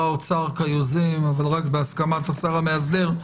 האוצר כיוזם אבל רק בהסכמת השר המאסדר,